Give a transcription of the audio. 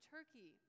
Turkey